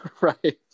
Right